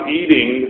eating